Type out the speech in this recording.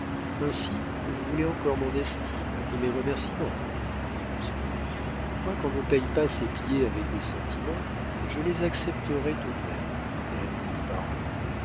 ainsi vous voulez encore mon estime et des remercîments dit lousteau quoiqu'on ne paye pas ses billets avec des sentiments je les accepterai tout de même répondit barbet